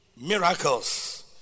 Miracles